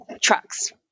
trucks